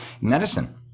Medicine